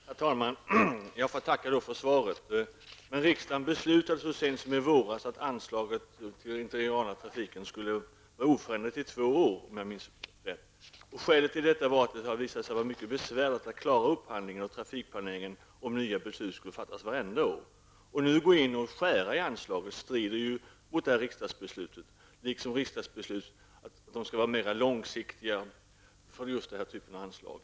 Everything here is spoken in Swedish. Herr talman! Jag får tacka för svaret. Riksdagen beslutade så sent som i våras att anslaget till den interregionala trafiken skulle vara oförändrat i två år, om jag minns rätt. Skälet till detta var att det har visat sig vara mycket besvärligt att klara upphandlingen och trafikplaneringen om nya beslut fattas varje år. Att man nu går in och skär i anslaget strider mot riksdagsbeslutet. Det strider även mot riksdagsbeslutet att det skall vara mera långsiktigt när det gäller den här typen av anslag.